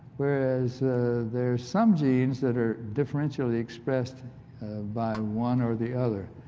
whereas there's some genes that are differentially expressed by one or the other.